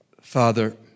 Father